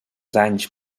danys